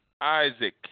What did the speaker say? Isaac